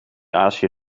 azië